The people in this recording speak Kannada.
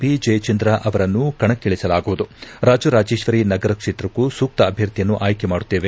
ಬಿ ಜಯಚಂದ್ರ ಅವರನ್ನು ಕಣಕ್ಕಿಳಿಸಲಾಗುವುದು ರಾಜರಾಜೇಶ್ವರಿ ನಗರ ಕ್ಷೇತ್ರಕ್ಕೂ ಸೂಕ್ತ ಅಭ್ಯರ್ಥಿಯನ್ನು ಆಯ್ಕೆ ಮಾಡುತ್ತೇವೆ